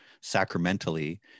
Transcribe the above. sacramentally